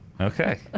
okay